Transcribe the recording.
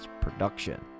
production